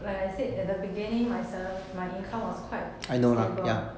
like I said at the beginning myself my sala~ my income was quite stable